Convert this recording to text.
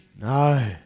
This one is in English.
No